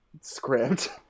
script